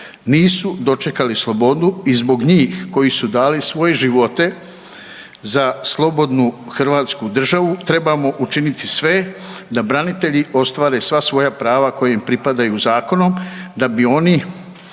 nisu dočekali slobodu i zbog njih koji su dali svoje živote za slobodnu Hrvatsku državu trebamo učiniti sve da branitelji ostvare sva svoja prava koja im pripadaju zakonom, da bi oni